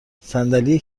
صندلی